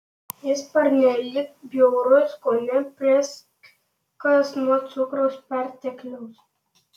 jis pernelyg bjaurus kone prėskas nuo cukraus pertekliaus